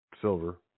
silver